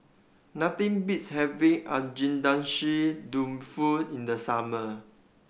nothing beats having Agedashi Dofu in the summer